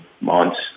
months